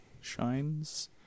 Shines